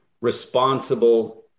responsible